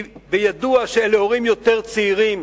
כי בידוע שאלה הורים יותר צעירים,